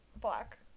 black